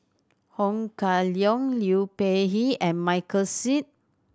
Ho Kah Leong Liu Peihe and Michael Seet